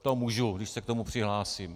To můžu, když se k tomu přihlásím.